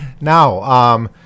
Now